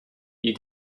you